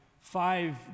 five